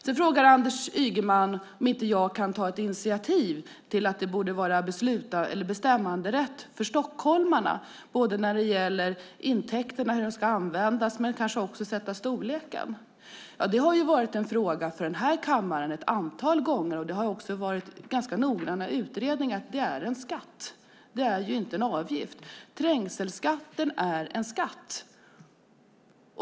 Sedan frågade Anders Ygeman om inte jag kan ta ett initiativ till att stockholmarna får bestämmanderätt när det gäller hur intäkterna ska användas men också i fråga om att fastställa storleken på trängselskatten. Det har varit en fråga för denna kammare ett antal gånger, och det har också varit ganska noggranna utredningar som har kommit fram till att det är en skatt och inte en avgift. Trängselskatten är en skatt.